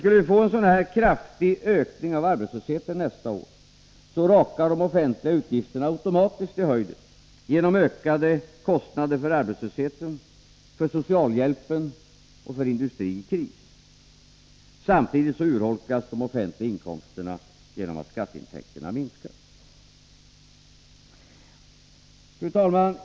Skulle vi få en så här kraftig ökning av arbetslösheten nästa år rakar de offentliga utgifterna automatiskt i höjden genom ökade kostnader för arbetslösheten, för socialhjälpen och för industrier i kris. Samtidigt urholkas de offentliga inkomsterna genom att skatteintäkterna minskar. Fru talman!